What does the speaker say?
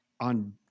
on